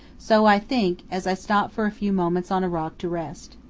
so i think, as i stop for a few moments on a rock to rest.